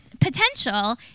potential